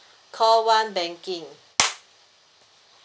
call one banking